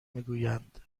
میگویند